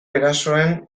erasoen